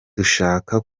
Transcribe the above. dushaka